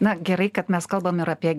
na gerai kad mes kalbam ir apie